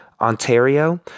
Ontario